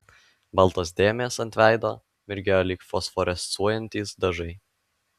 baltos dėmės ant veido mirgėjo lyg fosforescuojantys dažai